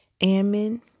ammon